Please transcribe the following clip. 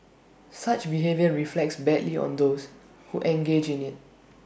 such behaviour reflects badly on those who engage in IT